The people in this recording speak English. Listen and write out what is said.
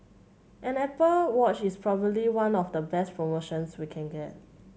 an Apple Watch is probably one of the best promotions we can get